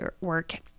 work